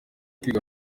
kwiga